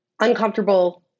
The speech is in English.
Uncomfortable